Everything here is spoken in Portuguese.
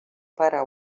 para